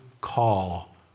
call